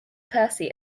percy